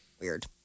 weird